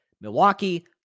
Milwaukee